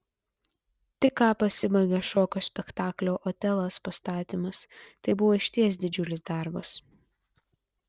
tik ką pasibaigė šokio spektaklio otelas pastatymas tai buvo išties didžiulis darbas